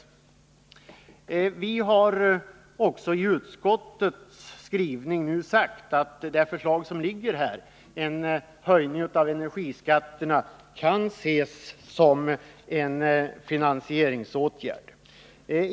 Utskottet har också i sin skrivning sagt att det förslag som nu föreligger om en höjning av energiskatterna kan ses som en finansieringsåtgärd.